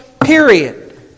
period